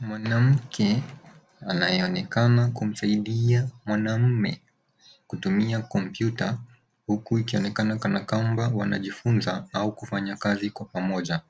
Mwanamke anayeonekana kumsaidia mwanaume kutumia komputa huku ikionekana kanakwamba wanajifunza au kufanya kazi kwa pamoja